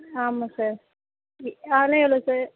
ஆமாம் சார் எ அதெலாம் எவ்வளோ சார்